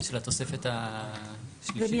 של התוספת זה מיידי.